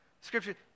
Scripture